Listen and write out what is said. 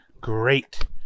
great